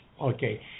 Okay